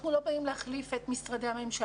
אנחנו לא באים להחליף את משרדי הממשלה.